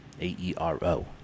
A-E-R-O